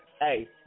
Hey